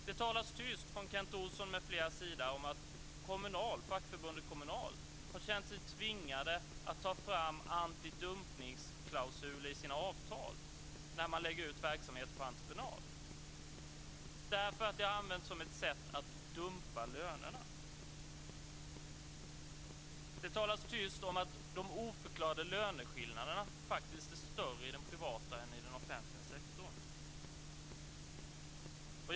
Det talas tyst från Kent Olssons och andras sida om att fackförbundet Kommunal har känt sig tvingat att ta fram antidumpningsklausuler i sina avtal när man lägger ut verksamheter på entreprenad därför att detta har använts som ett sätt att dumpa lönerna. Det talas tyst om att de oförklarade löneskillnaderna faktiskt är större i den privata än i den offentliga sektorn.